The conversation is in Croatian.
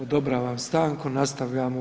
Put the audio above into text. Odobravam stanku, nastavljamo u 14